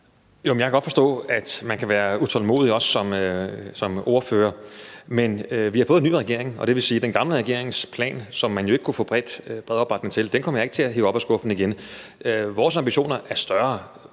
Jeg kan godt forstå, at man også som ordfører kan være utålmodig, men vi har fået en ny regering, og det vil sige, at den gamle regerings plan, som man jo ikke kunne få bred opbakning til, kommer jeg ikke til at hive op af skuffen igen. Vores ambitioner er større.